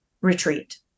retreat